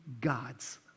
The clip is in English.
gods